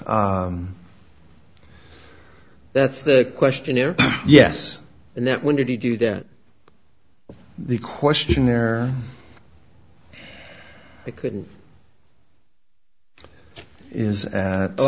that's the questionnaire yes and that when did he do that the questionnaire i couldn't is oh